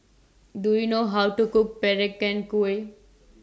Do YOU know How to Cook Peranakan Kueh